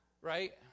Right